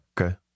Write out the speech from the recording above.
Okay